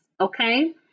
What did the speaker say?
okay